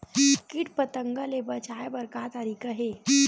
कीट पंतगा ले बचाय बर का तरीका हे?